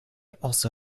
also